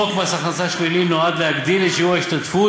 חוק מס הכנסה שלילי נועד להגדיל את שיעור ההשתתפות